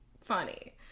funny